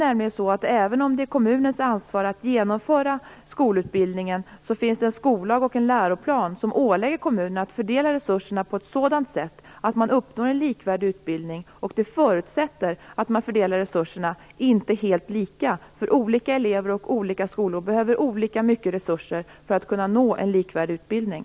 Även om det är kommunens ansvar att genomföra skolutbildningen, finns det en skollag och en läroplan som ålägger kommunerna att fördela resurserna på ett sådant sätt att man uppnår en likvärdig utbildning. Detta förutsätter att man inte fördelar resurserna helt lika. Olika elever och olika skolor behöver olika mycket resurser för att det skall kunna ges en likvärdig utbildning.